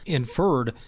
inferred